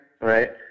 right